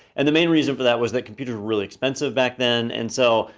and the main reason for that was that computers were really expensive back then. and so,